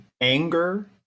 anger